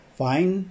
fine